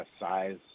size